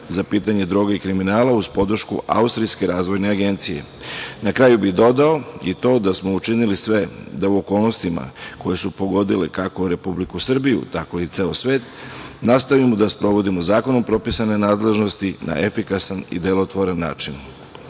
za pitanje droge i kriminala uz podršku Austrijske razvojne agencije. Na kraju bih dodao i to da smo učinili sve da u okolnostima koje su pogodile kako Republiku Srbiju, tako i ceo svet nastavimo da sprovodimo zakonom propisane nadležnosti na efikasan i delotvoran način.